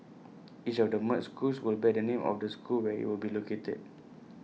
each of the merged schools will bear the name of the school where IT will be located